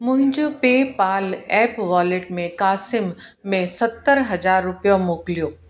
मुंहिंजो PayPal app wallet मां क़ासिम में सतरि हज़ार रुपया मोकिलियो